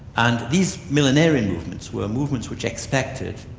and these millenarian movements were movements which expected,